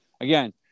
again